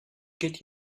get